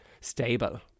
stable